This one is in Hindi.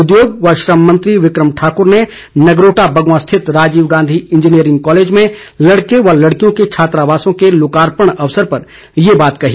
उद्योग व श्रम मंत्री विक्रम ठाक्र ने नगरोटा बगवां स्थित राजीव गांधी इंजीनियरिंग कॉलेज में लड़के व लड़कियों के छात्रावासों के लोकार्पण अवसर पर ये बात कही